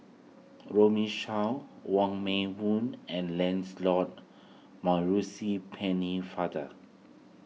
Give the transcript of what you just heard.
Runme Shaw Wong Meng Voon and Lancelot Maurice Pennefather